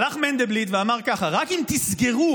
הלך מנדלבליט ואמר ככה: רק אם תסגרו